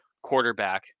quarterback